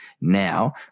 Now